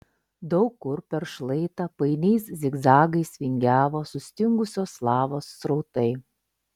daug kur per šlaitą painiais zigzagais vingiavo sustingusios lavos srautai